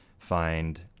find